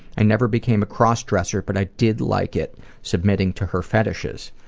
i never became a cross-dresser but i did like it submitting to her fetishes.